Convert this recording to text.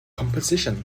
composition